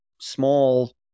small